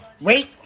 Wait